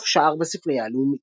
דף שער בספרייה הלאומית